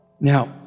Now